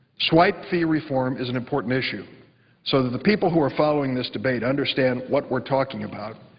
swipe-free reform is an important issue so that the people who are following this debate understand what we're talking about.